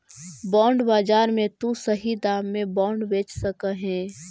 bond बाजार में तु सही दाम में बॉन्ड बेच सकऽ हे